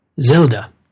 Zelda